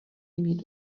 meet